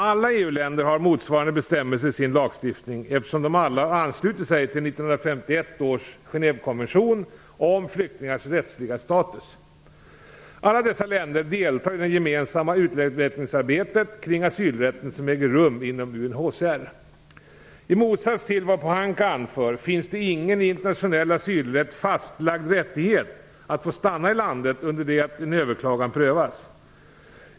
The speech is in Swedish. Alla EU länder har motsvarande bestämmelser i sin lagstiftning eftersom de alla har anslutit sig till 1951 års Alla dessa länder deltar i det gemensamma utvecklingsarbetet kring asylrätten som äger rum inom I motsats till vad Pohanka anför finns det ingen i internationell asylrätt fastlagd rättighet att få stanna i landet under det att en överklagan prövas.